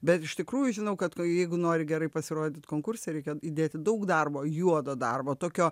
bet iš tikrųjų žinau kad nu jeigu nori gerai pasirodyt konkurse reikia įdėti daug darbo juodo darbo tokio